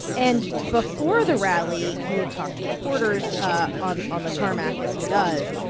and before the rally, he had talked to reporters on on the tarmac, as he does.